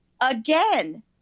Again